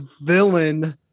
villain